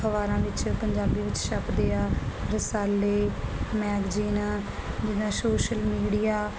ਅਖਬਾਰਾਂ ਵਿੱਚ ਪੰਜਾਬੀ ਵਿੱਚ ਛਪਦੇ ਆ ਰਸਾਲੇ ਮੈਗਜ਼ੀਨ ਜਿਦਾਂ ਸੋਸ਼ਲ ਮੀਡੀਆ